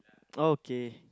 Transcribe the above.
okay